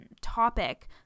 topic